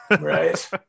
Right